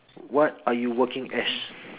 what are you working as